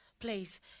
place